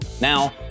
Now